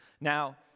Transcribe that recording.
Now